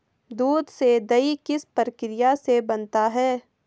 दूध से दही किस प्रक्रिया से बनता है?